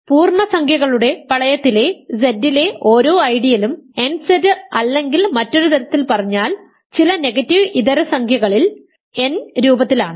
പൂർണ്ണസംഖ്യകളുടെ വലയത്തിലെ Z ലെ ഓരോ ഐഡിയലും nZ അല്ലെങ്കിൽ മറ്റൊരുതരത്തിൽ പറഞ്ഞാൽ ചില നെഗറ്റീവ് ഇതര സംഖ്യകളിൽ രൂപത്തിലാണ്